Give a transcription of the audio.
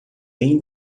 bem